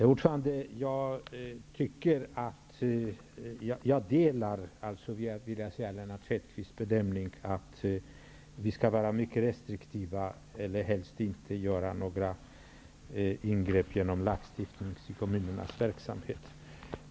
Herr talman! Jag delar Lennart Hedquists bedömning att vi skall vara mycket restriktiva och helst inte genom lagstiftning göra några ingrepp i kommunernas verksamhet.